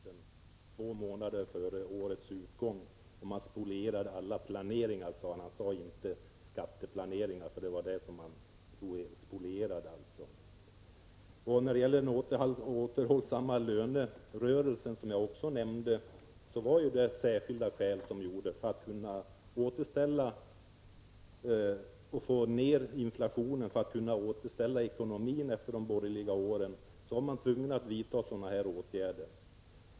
Herr talman! Knut Wachtmeister sade att det inte var riktigt när man fattade beslutet om den tillfälliga förmögenhetsskatten två månader före årets utgång. Man spolierade alla planeringar, sade han. Han sade inte ”skatteplaneringar”, men det var sådana man spolierade. Återhållsamheten i lönerörelsen, som jag också berörde, var ett särskilt skäl. För att vi skulle få ned inflationen och återställa balansen i ekonomin efter de borgerliga åren var man tvungen att vidta sådana här åtgärder.